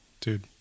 dude